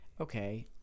Okay